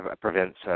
prevents